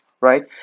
right